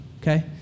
okay